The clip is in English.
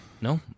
No